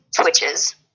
Twitches